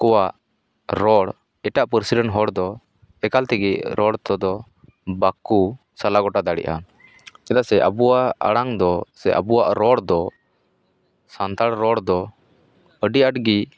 ᱠᱚᱣᱟᱜ ᱨᱚᱲ ᱮᱴᱟᱜ ᱯᱟᱹᱨᱥᱤ ᱨᱮᱱ ᱦᱚᱲᱫᱚ ᱮᱠᱟᱞ ᱛᱮᱜᱮ ᱨᱚᱲ ᱛᱮᱫᱚ ᱵᱟᱠᱚ ᱥᱟᱞᱟ ᱜᱚᱴᱟ ᱫᱟᱲᱮᱭᱟᱜᱼᱟ ᱪᱮᱫᱟᱜ ᱥᱮ ᱟᱵᱚᱣᱟᱜ ᱟᱲᱟᱝ ᱫᱚ ᱥᱮ ᱟᱵᱚᱣᱟᱜ ᱨᱚᱲ ᱫᱚ ᱥᱟᱱᱛᱟᱲ ᱨᱚᱲ ᱫᱚ ᱟᱹᱰᱤ ᱟᱸᱴ ᱜᱮ